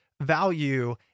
value